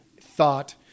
thought